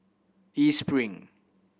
East Spring